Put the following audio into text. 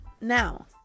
Now